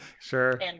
sure